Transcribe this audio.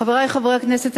חברי חברי הכנסת,